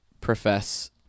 profess